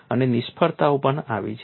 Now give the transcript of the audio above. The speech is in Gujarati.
અને નિષ્ફળતાઓ પણ આવી છે